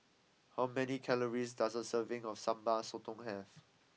how many calories does a serving of Sambal Sotong have